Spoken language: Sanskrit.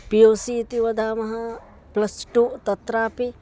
पि यु सि इति वदामः प्लस् टु तत्रापि